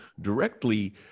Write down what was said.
directly